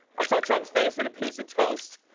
i saw trump's face in a piece of toast.